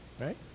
Right